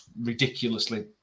ridiculously